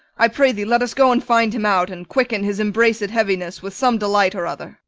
i pray thee, let us go and find him out, and quicken his embraced heaviness with some delight or other.